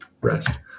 rest